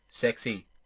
sexy